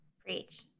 Preach